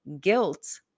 Guilt